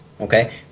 okay